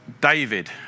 David